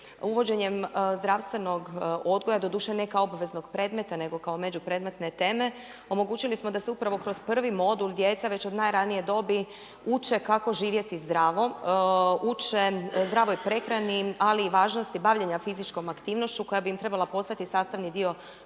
Uvođenjem zdravstvenog odgoja, doduše ne kao obaveznog predmeta, nego kao međupredmetne teme, omogućili smo da se upravo kroz prvi modul djeca već od najranije dobi uče kako živjeti zdravo, uče zdravoj prehrani ali i važnosti bavljenja fizičkom aktivnošću koja bi im trebala postati sastavni dio